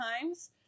times